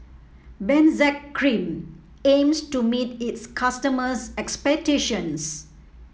Benzac Cream aims to meet its customers' expectations